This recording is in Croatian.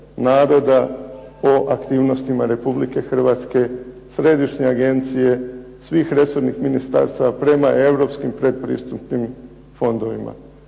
naroda o aktivnostima Republike Hrvatske, Središnje agencije, svih resornih ministarstava prema Europskim pretpristupnim fondovima.